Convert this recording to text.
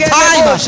time